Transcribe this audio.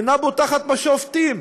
היא אינה בוטחת בשופטים